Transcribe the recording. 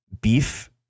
beef